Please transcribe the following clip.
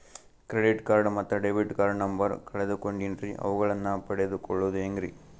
Credit card ಮತ್ತು debit card number ಕಳೆದುಕೊಂಡಿನ್ರಿ ಅವುಗಳನ್ನ ಪಡೆದು ಕೊಳ್ಳೋದು ಹೇಗ್ರಿ?